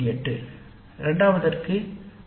8 இரண்டாவது அது 4